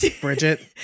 Bridget